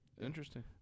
interesting